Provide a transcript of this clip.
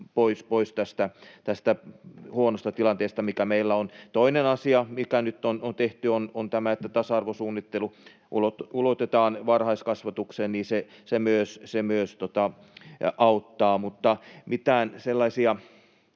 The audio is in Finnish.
pois tästä huonosta tilanteesta, mikä meillä on. Toinen asia, mikä nyt on tehty, on tämä, että tasa-arvosuunnittelu ulotetaan varhaiskasvatukseen, se myös auttaa. Mutta mitään sellaisia